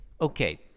Okay